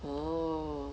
oh